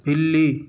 بلی